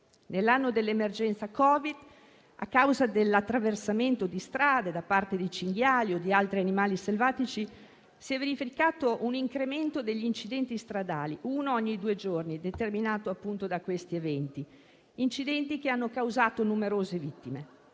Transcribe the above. Nell'anno dell'emergenza Covid, a causa dell'attraversamento di strade da parte di cinghiali o altri animali selvatici, si è verificato un incremento degli incidenti stradali (uno ogni due giorni), che hanno causato numerose vittime.